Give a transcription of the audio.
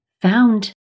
found